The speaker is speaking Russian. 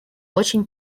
очень